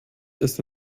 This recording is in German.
ist